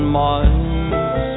miles